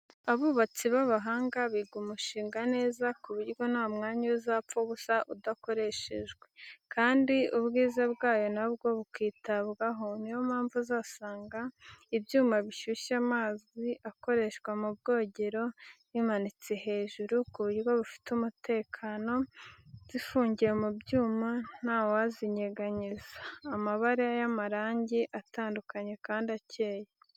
Abubatsi b'abahanga biga umushinga neza ku buryo nta mwanya uzapfa ubusa udakoreshejwe, kandi ubwiza bwayo na bwo bukitabwaho; ni iyo mpamvu uzasanga ibyuma bishyushya amazi akoreshwa mu bwogero zimanitse hejuru, ku buryo bufite umutekano, zifungiye mu byuma nta wazinyeganyeza; amabara y'amarange atandukanye kandi akeye.